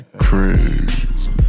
crazy